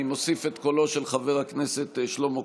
אני מוסיף את קולו של חבר הכנסת שלמה קרעי,